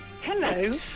Hello